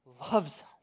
loves